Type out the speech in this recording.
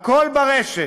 הכול ברשת.